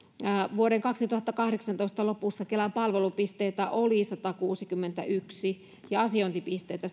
vuoden kaksituhattakahdeksantoista lopussa kelan palvelupisteitä oli satakuusikymmentäyksi ja asiointipisteitä